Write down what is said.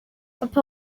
papa